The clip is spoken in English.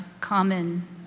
common